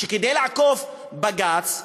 כדי לעקוף את בג"ץ,